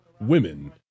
women